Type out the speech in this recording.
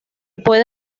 puede